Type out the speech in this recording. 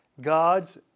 God's